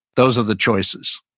those are the choices.